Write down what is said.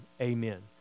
amen